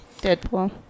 Deadpool